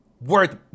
worth